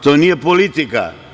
To nije politika.